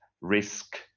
risk